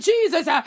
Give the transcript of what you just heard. Jesus